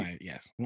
yes